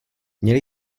měli